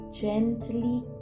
gently